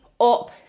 up